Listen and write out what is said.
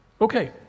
Okay